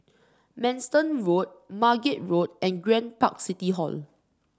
Manston Road Margate Road and Grand Park City Hall